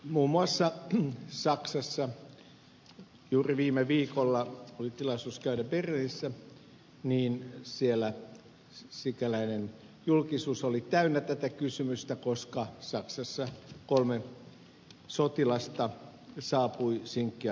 muun muassa saksassa juuri viime viikolla oli tilaisuus käydä berliinissä sikäläinen julkisuus oli täynnä tätä kysymystä koska saksan kolme sotilasta saapui sinkkiarkuissa